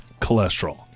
cholesterol